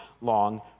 long